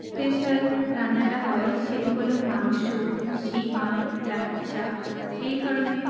special রান্নাটা হয় সেটি হল মাংস সিমাই লাচ্ছা এই ধরনের